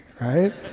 right